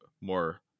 more